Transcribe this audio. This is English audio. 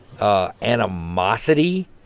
animosity